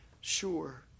sure